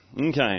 Okay